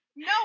No